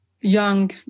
young